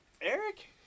Eric